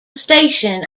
station